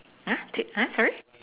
!huh! take !huh! sorry